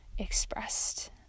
expressed